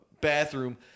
bathroom